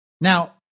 Now